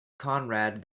conrad